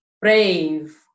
brave